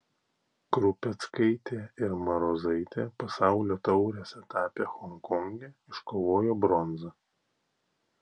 krupeckaitė ir marozaitė pasaulio taurės etape honkonge iškovojo bronzą